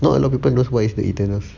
not a lot of people know what is the eternals